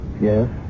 Yes